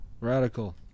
Radical